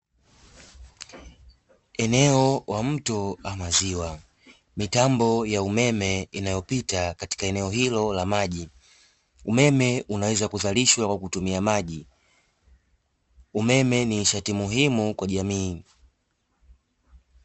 Eneo wa mto ama ziwa, mitambo ya umeme inayopita katika eneo hilo la maji. Umeme unaweza kuzalishwa kwa kutumia maji. Umeme ni nishati muhimu kwa jamii.